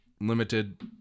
limited